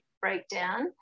breakdown